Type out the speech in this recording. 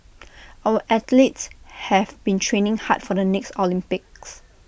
our athletes have been training hard for the next Olympics